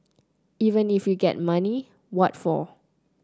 even if we get money what for